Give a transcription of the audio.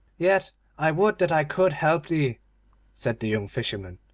yet i would that i could help thee said the young fisherman.